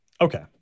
Okay